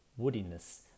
woodiness